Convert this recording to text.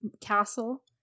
castle